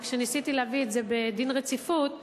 וכשניסיתי להביא את זה בדין רציפות,